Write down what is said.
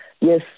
Yes